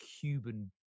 cuban